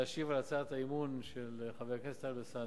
להשיב על הצעת האי-אמון של חבר הכנסת טלב אלסאנע,